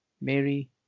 Mary